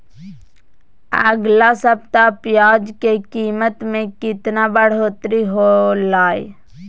अगला सप्ताह प्याज के कीमत में कितना बढ़ोतरी होलाय?